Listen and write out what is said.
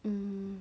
mm